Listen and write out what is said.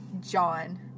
John